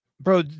Bro